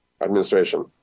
administration